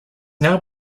now